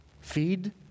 Feed